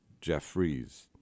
Jeffries